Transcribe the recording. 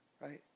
Right